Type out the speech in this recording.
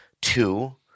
two